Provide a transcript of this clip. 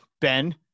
Ben